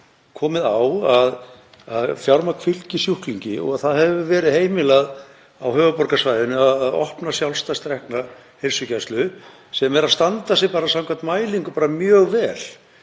komið á, að fjármagn fylgi sjúklingi, og það hefur verið heimilað á höfuðborgarsvæðinu að opna sjálfstætt rekna heilsugæslu sem stendur sig vel samkvæmt mælingum, bara mjög vel